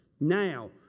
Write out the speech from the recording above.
Now